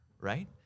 right